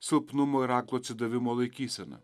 silpnumo ir aklo atsidavimo laikysena